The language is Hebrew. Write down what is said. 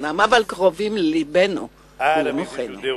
אבל קרובים ללבנו ולמוחנו.